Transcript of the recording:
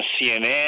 CNN